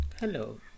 Hello